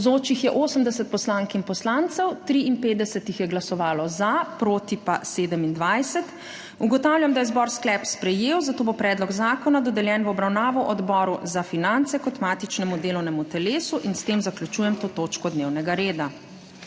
za je glasovalo 53, proti 27. (Za je glasovalo 53.) (Proti 27.) Ugotavljam, da je zbor sklep sprejel, zato bo predlog zakona dodeljen v obravnavo Odboru za finance kot matičnemu delovnemu telesu. S tem zaključujem to točko dnevnega reda.